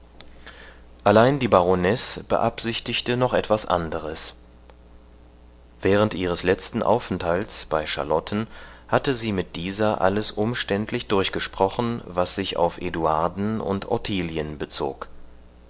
allein die baronesse beabsichtigte noch etwas anderes während ihres letzten aufenthalts bei charlotten hatte sie mit dieser alles umständlich durchgesprochen was sich auf eduarden und ottilien bezog